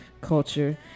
culture